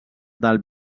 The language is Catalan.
del